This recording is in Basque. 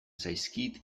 zaizkit